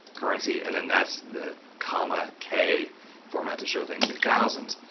currency and then that's the comma k format to show things in thousands.